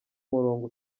murongo